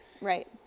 right